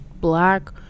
black